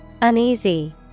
Uneasy